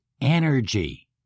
energy